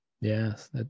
Yes